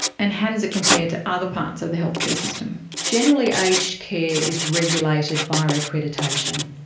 and how does it compare to other parts of the healthcare system? generally aged care is regulated via accreditation,